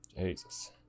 Jesus